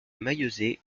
maillezais